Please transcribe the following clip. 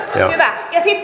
okei hyvä